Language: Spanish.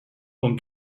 con